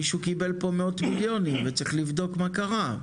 מישהו קיבל פה מאות מיליונים וצריך לבדוק מה קרה,